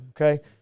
okay